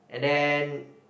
and then